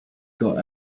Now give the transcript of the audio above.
got